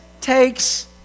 takes